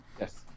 Yes